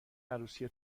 عروسی